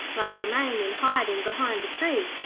must remain in hiding behind the tree.